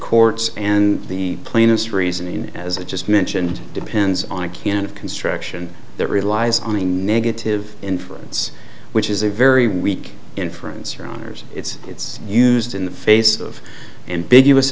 courts and the plainest reason in as i just mentioned depends on a can of construction that relies on negative inference which is a very weak inference or honors it's it's used in the face of ambiguous